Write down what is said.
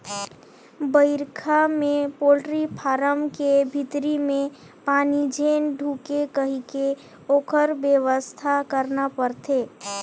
बइरखा में poultry farm के भीतरी में पानी झेन ढुंके कहिके ओखर बेवस्था करना परथे